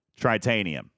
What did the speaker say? Tritanium